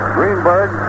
Greenberg